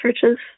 churches